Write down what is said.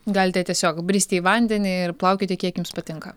galite tiesiog bristi į vandenį ir plaukioti kiek jums patinka